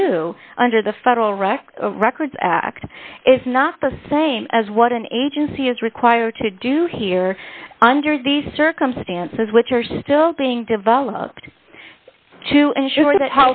do under the federal rect records act is not the same as what an agency is required to do here under these circumstances which are still being developed to ensure that